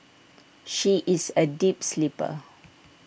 she is A deep sleeper